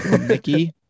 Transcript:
Mickey